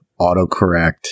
autocorrect